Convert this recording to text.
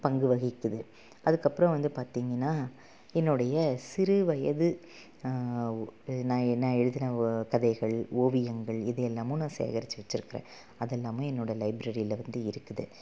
பங்கு வகிக்குது அதுக்கப்புறம் வந்து பார்த்திங்கன்னா என்னுடைய சிறு வயது நான் நான் எழுதுன கதைகள் ஓவியங்கள் இது எல்லாமும் நான் சேகரித்து வச்சிருக்கிறேன் அது எல்லாமே என்னோடய லைப்ரரியில் வந்து இருக்குது